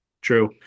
true